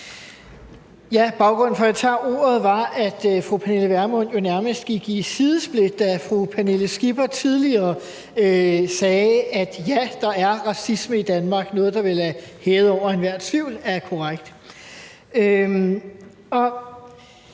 Baggrunden for, at jeg tager ordet, er, at fru Pernille Vermund jo nærmest gik i sidesplit, da fru Pernille Skipper tidligere sagde, ja, der er racisme i Danmark – noget, der vel er hævet over enhver tvivl er korrekt. Fru